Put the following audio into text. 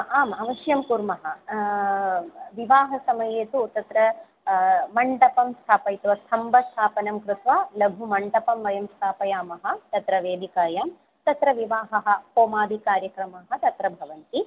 आम् अवश्यं कुर्मः विवाहसमये तु तत्र मण्डपं स्थापयित्वा स्तम्भस्थापनं कृत्वा लघु मण्डपं वयं स्थापयामः तत्र वेदिकायां तत्र विवाहः होमादि कार्यक्रमाः तत्र भवन्ति